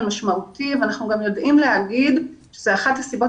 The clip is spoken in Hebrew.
אנחנו גם יודעים להגיד שזו אחת הסיבות